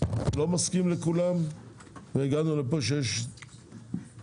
לא מסכים לכולם והגענו לפה שיש שני